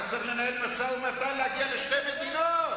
אתה צריך לנהל משא-ומתן להגיע לשתי מדינות.